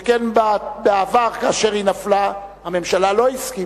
שכן בעבר, כאשר היא נפלה, הממשלה לא הסכימה,